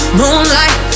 moonlight